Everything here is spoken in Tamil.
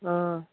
ஆ